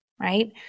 Right